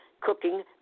cooking